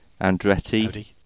Andretti